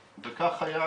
ומה זה אומר?